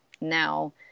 now